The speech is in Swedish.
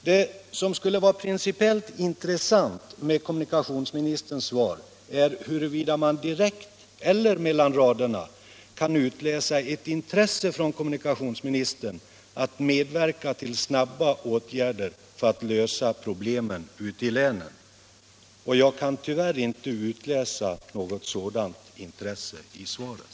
Det skulle vara principiellt intressant att få ett besked huruvida man direkt eller mellan raderna i kommunikationsministerns svar kan utläsa ett intresse hos kommunikationsministern att medverka till snabba åtgärder för att lösa problemen ute i länen. Jag kan tyvärr inte själv utläsa något sådant intresse ur det lämnade svaret.